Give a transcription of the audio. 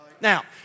Now